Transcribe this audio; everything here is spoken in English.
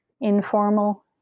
informal